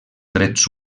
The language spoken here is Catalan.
drets